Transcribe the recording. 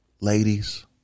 ladies